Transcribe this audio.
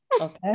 Okay